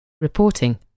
Reporting